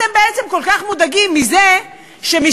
שזה אתם בעצם כל כך מודאגים מזה שמסתובב